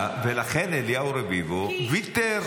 ולכן אליהו רביבו ויתר.